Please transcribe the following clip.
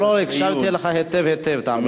לא לא, הקשבתי לך היטב היטב, תאמין לי.